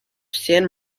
san